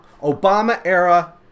Obama-era